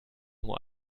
nur